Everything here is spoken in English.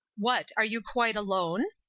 what, are you quite alone?